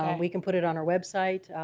um we can put it on our website,